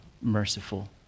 merciful